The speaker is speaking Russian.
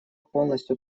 полностью